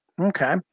Okay